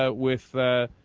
ah with ah.